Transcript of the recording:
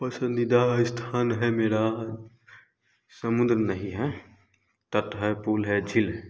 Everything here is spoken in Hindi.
पसंदीदा स्थान है मेरा समुन्द्र नहीं है तट है पुल है झील है